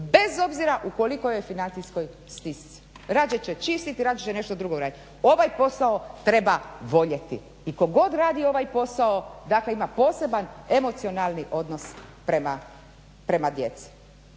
bez obzira u koliko je financijskoj stisci. Radije će čistiti, radije će nešto drugo radit. Ovaj posao treba voljeti i tko god radi ovaj posao dakle ima poseban emocionalni odnos prema djeci.